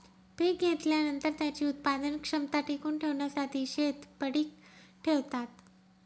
पीक घेतल्यानंतर, त्याची उत्पादन क्षमता टिकवून ठेवण्यासाठी शेत पडीक ठेवतात